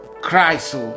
Christ